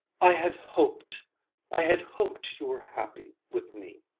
i had hoped i had hoped you were happy with me,